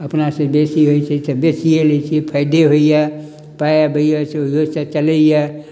अपना सँ बेसी होइ छै तऽ बेचिए लै छियै फायदे होयैया पाइ अबैया सेहो सँ चलैया